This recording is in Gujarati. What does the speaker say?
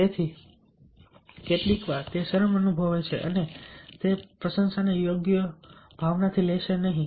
તેથી કેટલીકવાર વ્યક્તિ પણ શરમ અનુભવે છે અને તે પ્રશંસાને યોગ્ય ભાવનાથી લેશે નહીં